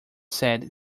said